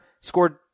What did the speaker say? scored